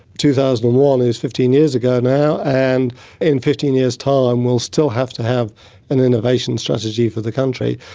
two thousand and one is fifteen years ago now, and in fifteen years' time we will still have to have an innovation strategy for the country,